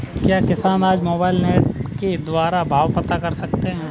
क्या किसान आज कल मोबाइल नेट के द्वारा भाव पता कर सकते हैं?